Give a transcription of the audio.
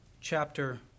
chapter